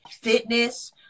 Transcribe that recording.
Fitness